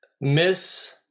Miss